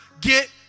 get